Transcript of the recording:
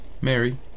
Mary